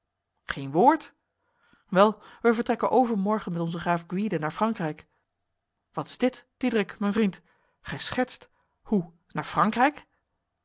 geen woord wel wij vertrekken overmorgen met onze graaf gwyde naar frankrijk wat is dit diederik mijn vriend gij schertst hoe naar frankrijk